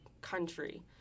country